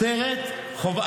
סרט חובה.